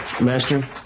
Master